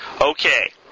okay